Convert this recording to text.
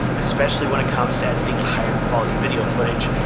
especially when it comes to editing higher quality video footage,